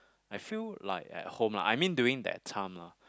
I feel like at home lah I mean during that time lah